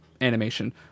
animation